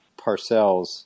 Parcells